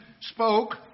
spoke